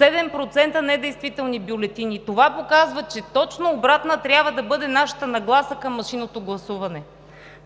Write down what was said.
7% недействителни бюлетини, това показва, че точно обратна трябва да бъде нашата нагласа към машинното гласуване.